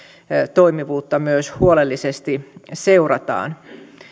toimivuutta myös huolellisesti seurataan